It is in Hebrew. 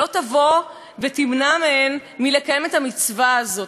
שלא תמנע מהן לקיים את המצווה הזאת.